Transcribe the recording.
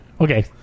Okay